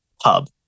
hub